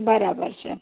બરાબર છે